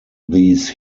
these